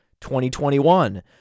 2021